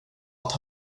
att